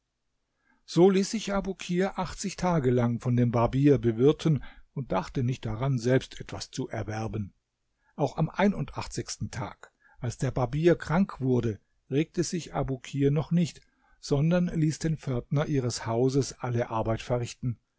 so ließ sich abukir achtzig tage lang von dem barbier bewirten und dachte nicht daran selbst etwas zu erwerben auch am einundachtzigsten tag als der barbier krank wurde regte sich abukir noch nicht sondern ließ den pförtner ihres hauses alle arbeit verrichten